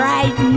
Right